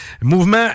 Mouvement